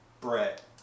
Brett